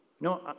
No